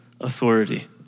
authority